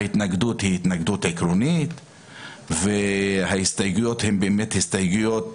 ההתנגדות היא התנגדות עקרונית וההסתייגויות הן באמת הסתייגויות